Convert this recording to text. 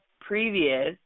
previous